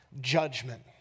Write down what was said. judgment